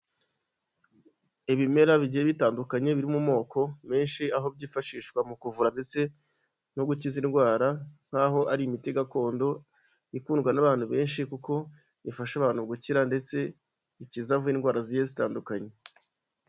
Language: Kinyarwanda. Ibimera bigiye bitandukanye biri mu moko menshi aho byifashishwa mu kuvura ndetse no gukiza indwara nk'aho ari imiti gakondo ikundwa n'abantu benshi, kuko ifasha abantu gukira ndetse ikiza nk'indwara zigiye zitandukanye.